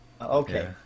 Okay